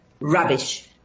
rubbish